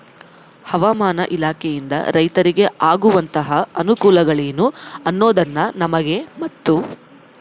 ಹವಾಮಾನ ಇಲಾಖೆಯಿಂದ ರೈತರಿಗೆ ಆಗುವಂತಹ ಅನುಕೂಲಗಳೇನು ಅನ್ನೋದನ್ನ ನಮಗೆ ಮತ್ತು?